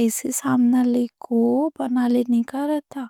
ایسے سامان لے کو بنا لے، نکھار رہتا۔